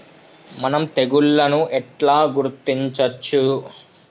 మనం తెగుళ్లను ఎట్లా గుర్తించచ్చు?